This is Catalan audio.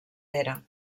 pere